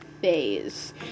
phase